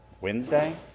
Wednesday